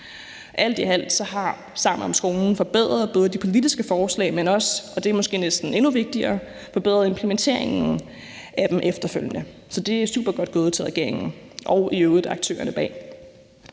Alt i alt har »Sammen om skolen« forbedret både de politiske forslag, men også – og det er måske endnu vigtigere – forbedret implementeringen af dem efterfølgende. Så det er supergodt gået af regeringen og aktørerne bag.